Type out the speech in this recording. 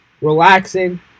relaxing